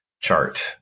chart